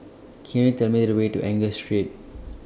Can YOU Tell Me The Way to Angus Street